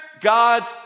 God's